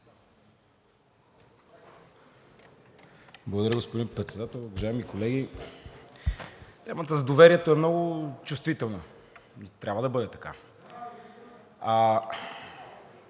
Благодаря, господин Председател. Уважаеми колеги, темата за доверието е много чувствителна. Трябва да бъде така.